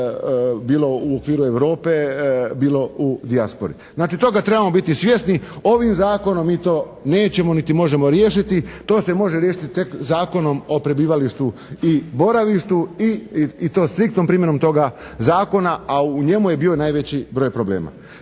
bilo u okviru Europe, bilo u dijaspori. Znači toga trebamo biti svjesni, ovim Zakonom mi to nećemo niti možemo riješiti. To se može riješiti tek Zakonom o prebivalištu i boravištu i to striktnom primjenom toga Zakona, a u njemu je bio najveći broj problema.